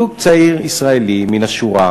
זוג צעיר ישראלי מן השורה,